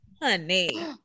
honey